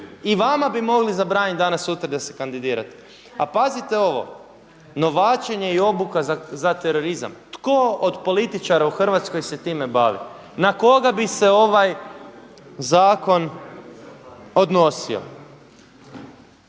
i vama bi mogli zabraniti danas sutra da se kandidirate. A pazite ovo, novačenje i obuka za terorizam. Tko od političara u Hrvatskoj se time bavi? Na koga bi se ovaj zakon odnosio?